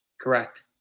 Correct